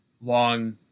long